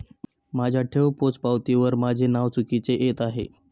माझ्या ठेव पोचपावतीवर माझे नाव चुकीचे येत आहे